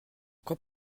quand